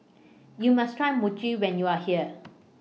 YOU must Try Mochi when YOU Are here